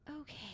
Okay